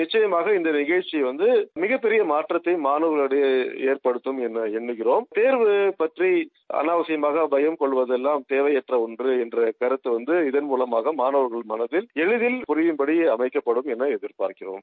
நிச்சுயமாக இந்த நிசமுக்சி வந்து மிகப்பெரிய மாற்றத்தை மாணவர்களிடையே எற்படுத்தம் என்று எண்ணுகிறோம் தேர்வு பற்றி அளாவசியமாக பயம் கொள்வதெல்லாம் தேவையற்றது ஒன்று என்ற கருத்தை இதன்மூலமாக மாணவர்கள் மனதில் எளிதில் புரியும்படி அமைக்கப்படும் என எதிர்பார்க்கிறோம்